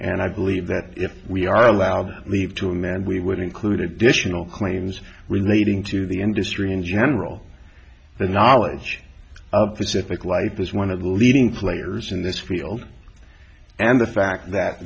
and i believe that if we are allowed to leave to a man we would include additional claims relating to the industry in general the knowledge of pacific life as one of the leading players in this field and the fact that